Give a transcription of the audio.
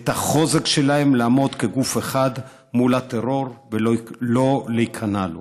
את החוזק שלהם לעמוד כגוף אחד מול הטרור ולא להיכנע לו.